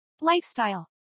lifestyle